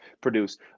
produce